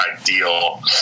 ideal